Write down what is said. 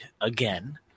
again